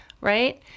right